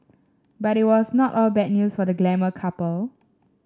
but it was not all bad news for the glamour couple